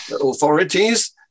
authorities